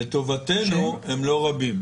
לטובתנו הם לא רבים.